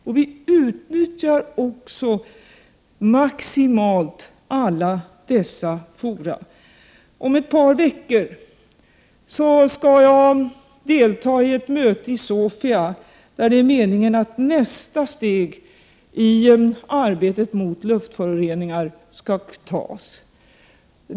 Och vi utnyttjar också alla dessa fora maximalt. Om ett par veckor skall jag delta i ett möte i Sofia, där det är meningen att nästa steg i arbetet mot luftföroreningar skall tas.